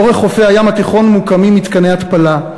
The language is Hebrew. לאורך חופי הים התיכון מוקמים מתקני התפלה.